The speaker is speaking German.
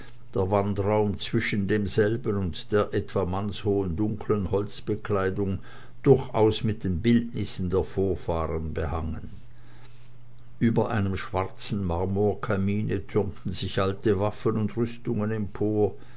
der wandraum zwischen demselben und der etwa mannshohen dunklen holzbekleidung durchaus mit den bildnissen der vorfahren behangen über einem schwarzen marmorkamine türmten sich alte waffen und rüstungen empor